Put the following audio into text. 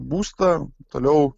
būstą toliau